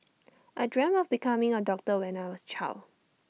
I dreamt of becoming A doctor when I was A child